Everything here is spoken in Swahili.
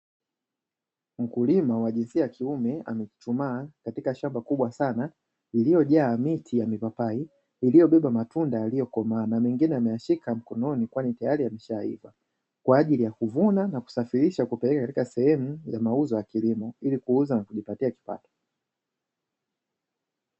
Mkulima wa jinsia ya kiume amechuchumaa katika shamba kubwa sana, iliyojaa miti ya mipapai iliyobeba matunda yaliyokomaa, na mengine ameyashika mkononi kwani tayari yameshaiva kwa ajili ya kuvuna na kusafirisha kupeleka katika sehemu ya mauzo ya kilimo ili kuuza na kujipatia kipato.